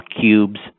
cubes